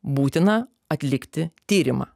būtina atlikti tyrimą